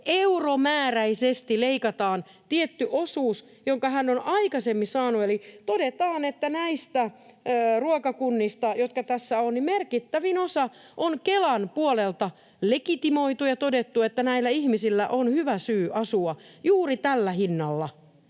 euromääräisesti leikataan tietty osuus, jonka hän on aikaisemmin saanut, eli todetaan, että näistä ruokakunnista, jotka tässä ovat, merkittävin osa on Kelan puolelta legitimoitu ja todettu, että näillä ihmisillä on hyvä syy asua juuri tällä hinnalla.